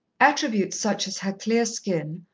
attributes such as her clear skin,